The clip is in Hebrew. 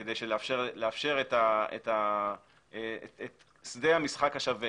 כדי לאפשר את שדה המשחק השווה.